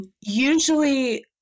Usually